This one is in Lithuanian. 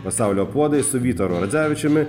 pasaulio puodai su vytaru radzevičiumi